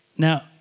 Now